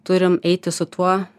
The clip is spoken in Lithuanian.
turim eiti su tuo